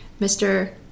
Mr